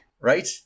Right